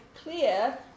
clear